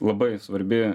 labai svarbi